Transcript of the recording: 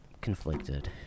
Conflicted